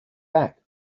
back